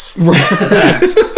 Right